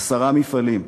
עשרה מפעלים,